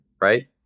right